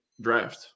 draft